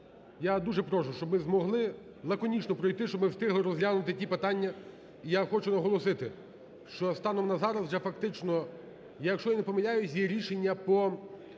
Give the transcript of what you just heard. Я дуже прошу, щоб ми змогли лаконічно пройти. Щоб ми встигли розглянути ті питання. І я хочу наголосити, що станом на зараз вже фактично, якщо я не помиляюсь, є рішення по